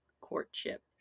courtship